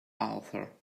author